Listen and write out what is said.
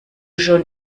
schon